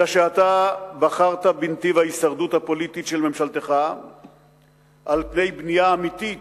אלא שאתה בחרת בנתיב ההישרדות הפוליטית של ממשלתך על פני בנייה אמיתית